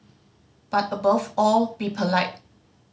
but above all be polite